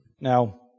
Now